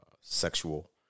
sexual